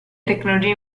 tecnologie